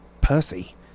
Percy